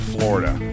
Florida